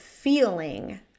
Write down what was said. feeling